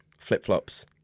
flip-flops